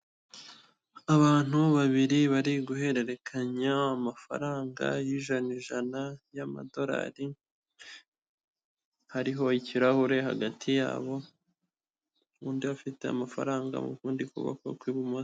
Abantu babiri bari guhererekanya amafaranga y'ijana ijana ry'amadorari hariho ikirahure hagati yabo, undi afite amafaranga mu kundi kuboko kw'ibumoso.